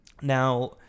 Now